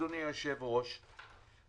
אדוני היושב ראש,